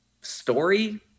Story